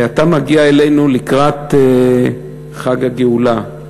אתה מגיע אלינו לקראת חג הגאולה,